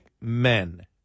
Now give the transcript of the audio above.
men